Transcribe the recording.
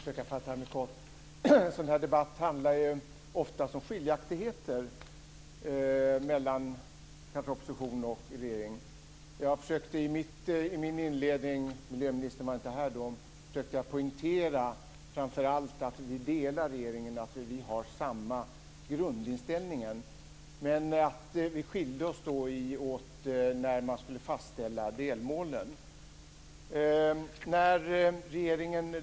Fru talman! En sådan här debatt handlar ju oftast om skiljaktigheter mellan opposition och regering. Jag försökte i inledningen av mitt anförande - miljöministern var inte här då - att poängtera framför allt att vi har samma grundinställning som regeringen, men att vi skiljer oss åt när det gäller fastställandet av delmålen.